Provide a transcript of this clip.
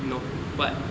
nope what